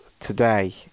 Today